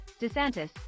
DeSantis